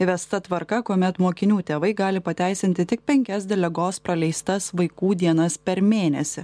įvesta tvarka kuomet mokinių tėvai gali pateisinti tik penkias dėl ligos praleistas vaikų dienas per mėnesį